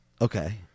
Okay